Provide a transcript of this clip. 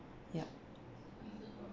yup